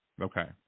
Okay